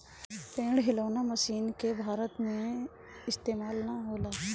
पेड़ हिलौना मशीन के भारत में इस्तेमाल ना होला